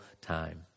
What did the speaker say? time